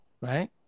right